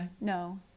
no